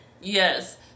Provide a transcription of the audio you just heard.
yes